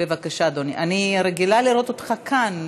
אני רגילה לראות אותך כאן,